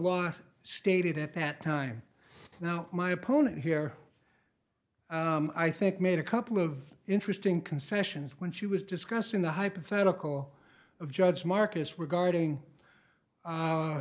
law stated at that time now my opponent here i think made a couple of interesting concessions when she was discussing the hypothetical of judge marcus were guarding